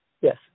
Yes